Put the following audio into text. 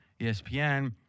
ESPN